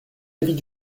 l’avis